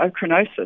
ochronosis